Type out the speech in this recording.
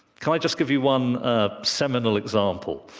can i just give you one seminal example?